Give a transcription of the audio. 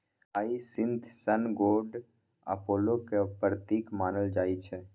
hyacinth सन गोड अपोलोक प्रतीक मानल जाइ छै